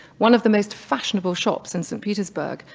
one of the most fashionable shops in saint petersburg,